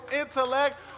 intellect